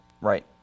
Right